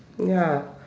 ya